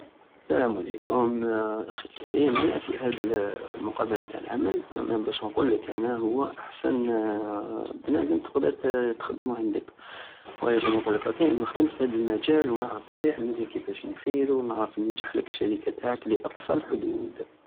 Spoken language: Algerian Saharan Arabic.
سلام عليكم الاخ الكريم انا في هاد المقبلة تع العمل انا بش نقولك انا هو احسن بنادم تقدر تخدمو عندك وعلاش راني نقولك هكا لانو خدمت في هاد المجال ونغرف مليح المجال كيفاش نسيرو ونعرف نجحلك الشريكة تاعك لاقصى الحدود